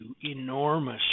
enormous